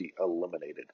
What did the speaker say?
eliminated